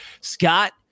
Scott